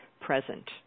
present